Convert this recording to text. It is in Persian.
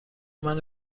منو